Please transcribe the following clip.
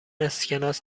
اسکناس